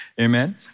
amen